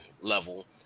level